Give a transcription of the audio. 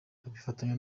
abifatanya